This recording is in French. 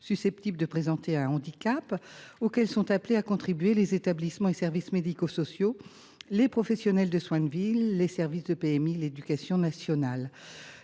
susceptibles de présenter un handicap, auquel sont appelés à contribuer les établissements et services médico sociaux, les professionnels de soins de ville, les services de PMI et l’éducation nationale.